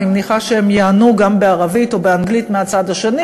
אני מניחה שהם ייענו גם בערבית או באנגלית מהצד השני,